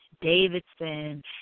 Davidson